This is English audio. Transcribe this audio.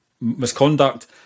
misconduct